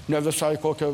nevisai kokia